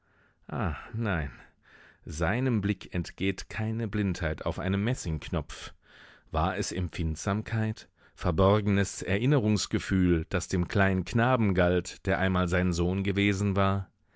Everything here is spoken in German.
nein seinem blick entgeht keine blindheit auf einem messingknopf war es empfindsamkeit verborgenes erinnerungsgefühl das dem kleinen knaben galt der einmal sein sohn gewesen war